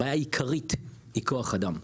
הבעיה העיקרית היא כוח אדם,